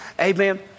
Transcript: Amen